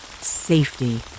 safety